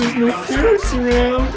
you know